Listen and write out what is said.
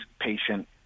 patient